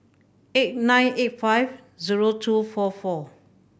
eight nine eight five zero two four four